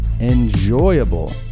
enjoyable